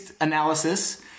analysis